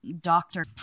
Doctor